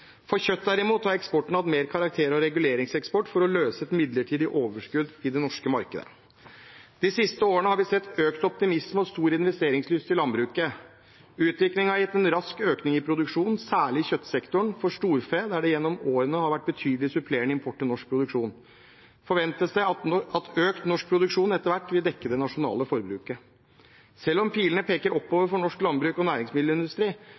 For kjøtt derimot har eksporten hatt mer karakter av reguleringseksport for å løse et midlertidig overskudd i det norske markedet. De siste årene har vi sett økt optimisme og stor investeringslyst i landbruket. Utviklingen har gitt en rask økning i produksjonen, særlig i kjøttsektoren. For storfe, der det gjennom årene har vært betydelig supplerende import til norsk produksjon, forventes det at økt norsk produksjon etter hvert vil dekke det nasjonale forbruket. Selv om pilene peker oppover for norsk landbruk og næringsmiddelindustri,